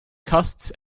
costs